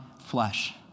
flesh